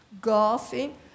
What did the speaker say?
golfing